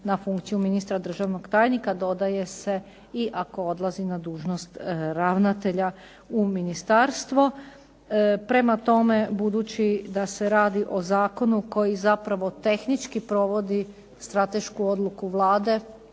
na funkciju ministra, državnog tajnika, dodaje se i ako odlazi na dužnost ravnatelja u ministarstvo. Prema tome, budući da se radi o zakonu koji zapravo tehnički provodi stratešku odluku Vlade